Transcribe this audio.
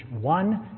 One